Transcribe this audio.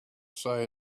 say